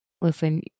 listen